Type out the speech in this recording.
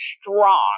strong